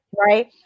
Right